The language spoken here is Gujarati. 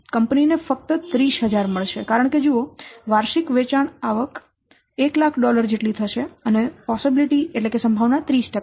કંપની ને ફક્ત 30000 મળશે કારણ કે જુઓ વાર્ષિક વેચાણ આવક 100000 જેટલી થશે અને સંભાવના 30 છે